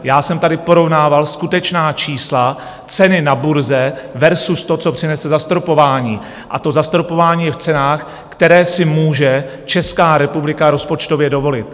Já jsem tady porovnával skutečná čísla, ceny na burze versus to, co přinese zastropování, a to zastropování je v cenách, které si může Česká republika rozpočtově dovolit.